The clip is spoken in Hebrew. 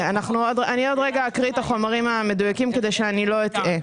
אני עוד רגע אקריא את החומרים המדויקים כדי שאני לא אטעה.